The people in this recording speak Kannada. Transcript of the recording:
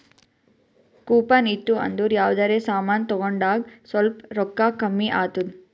ಕೂಪನ್ ಇತ್ತು ಅಂದುರ್ ಯಾವ್ದರೆ ಸಮಾನ್ ತಗೊಂಡಾಗ್ ಸ್ವಲ್ಪ್ ರೋಕ್ಕಾ ಕಮ್ಮಿ ಆತ್ತುದ್